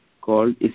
called